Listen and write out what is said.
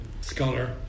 scholar